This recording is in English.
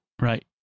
Right